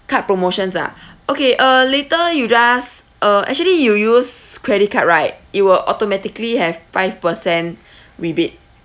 card promotions ah okay uh later you just uh actually you use credit card right it will automatically have five percent rebate